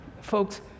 Folks